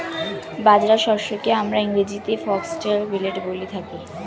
বাজরা শস্যকে আমরা ইংরেজিতে ফক্সটেল মিলেট বলে থাকি